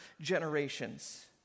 generations